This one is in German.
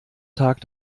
tag